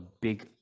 big